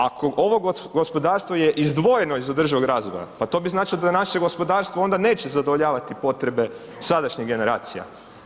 Ako ovo gospodarstvo je izdvojeno iz održivog razvoja, pa to bi značilo da naše gospodarstvo onda neće zadovoljavati potrebe sadašnjih generacija.